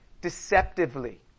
deceptively